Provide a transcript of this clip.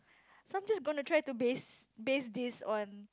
so I'm just going to base base this on